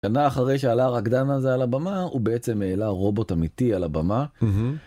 שנה אחרי שעלה הרקדן הזה על הבמה, הוא בעצם העלה רובוט אמיתי על הבמה.